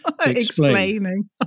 explaining